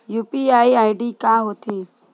UPI ID का होथे?